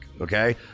okay